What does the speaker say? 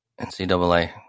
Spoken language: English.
NCAA